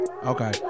Okay